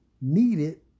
needed